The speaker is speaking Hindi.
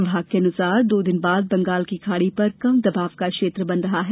विभाग के अनुसार दो दिन बाद बंगाल की खाड़ी पर कम दबाव का क्षेत्र बन रहा है